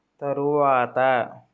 తరువాత